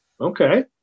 Okay